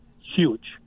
huge